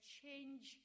change